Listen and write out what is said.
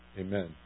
amen